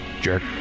jerk